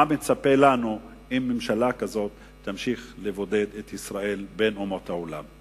מה מצפה לנו אם ממשלה כזאת תמשיך לבודד את ישראל בין אומות העולם.